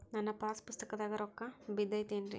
ನನ್ನ ಪಾಸ್ ಪುಸ್ತಕದಾಗ ರೊಕ್ಕ ಬಿದ್ದೈತೇನ್ರಿ?